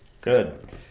Good